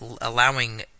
allowing